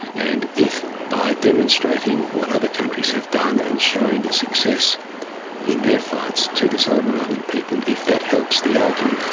and if by demonstrating what other countries have done and showing the success in their fights to the solomon island um and people, if that helps the argument,